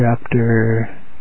chapter